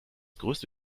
größte